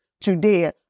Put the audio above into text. today